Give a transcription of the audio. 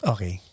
Okay